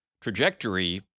trajectory